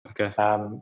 Okay